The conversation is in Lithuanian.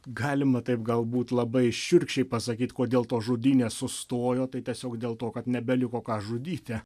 galima taip galbūt labai šiurkščiai pasakyt kodėl tos žudynės sustojo tai tiesiog dėl to kad nebeliko ką žudyti